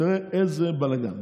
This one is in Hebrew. תראה איזה בלגן.